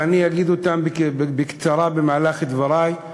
ואני אגיד אותם בקצרה במהלך דברי,